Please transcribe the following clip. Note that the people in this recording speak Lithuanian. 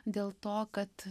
dėl to kad